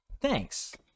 Thanks